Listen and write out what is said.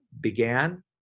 began